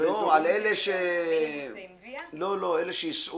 ראיתי שמי שייסע